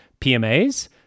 PMAs